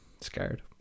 Scared